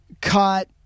caught